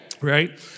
Right